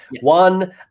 One